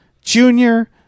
Junior